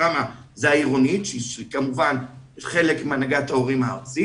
שם זאת העירונית שכמובן היא חלק מהנהגת ההורים הארצית